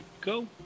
go